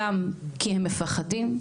גם כי הם מפחדים,